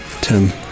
Tim